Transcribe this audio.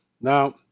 Now